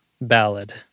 ballad